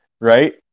Right